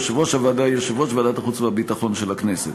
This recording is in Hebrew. יושב-ראש הוועדה יהיה יושב-ראש ועדת החוץ והביטחון של הכנסת".